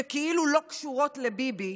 שכאילו לא קשורות לביבי,